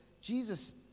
Jesus